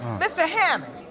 mr. hammond,